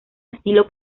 estilo